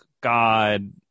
God